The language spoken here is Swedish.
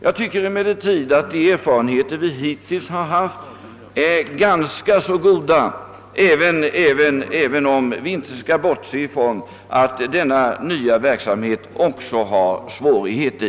Jag tycker emellertid att de erfarenheter vi hittills gjort är ganska goda, även om vi inte skall bortse från att denna nya verksamhet också medför svårigheter.